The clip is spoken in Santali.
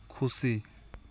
ᱠᱷᱩᱥᱤ